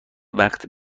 وقت